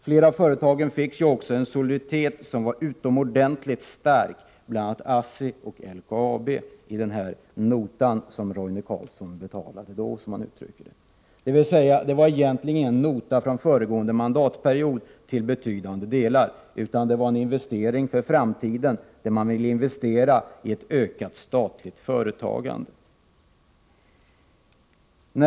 Flera av företagen fick också en soliditet som var utomordentligt stark, bl.a. ASSI och LKAB, genom den ”nota” som Roine Carlsson betalade då — dvs.: Det var egentligen ingen nota från föregående mandatperiod utan till betydande delar en investering för framtiden. Man ville investera i ett ökat statligt företagande.